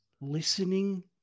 listening